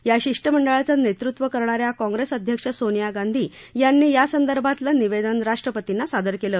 या शिष्टमंडळाचं नेतृत्व करणा या काँग्रेस अध्यक्ष सोनिया गांधी यांनी यासंदर्भातलं निवेदन राष्ट्रपतींना सादर केलं